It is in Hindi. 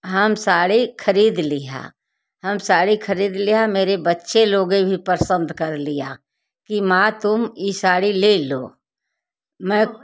हम साड़ी खरीद लिहा हम साड़ी खरीद लिहा मेरे बच्चे लोगे भी पसंद कर लिया कि माँ तुम ई साड़ी ले लो मैं